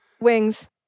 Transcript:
Wings